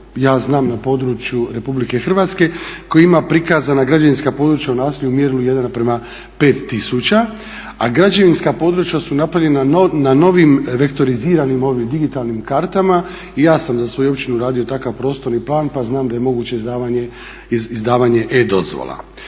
ja znam na području Republike Hrvatske koji ima prikazana građevinska područja u naselju u mjerilu 1:5000, a građevinska područja su napravljena na novim vektoriziranim digitalnim kartama. I ja sam za svoju općinu radio takav prostorni plan, pa znam da je moguće izdavanje e-dozvola.